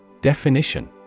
Definition